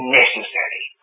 necessary